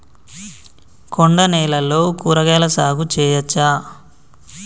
కొండ నేలల్లో కూరగాయల సాగు చేయచ్చా?